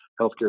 healthcare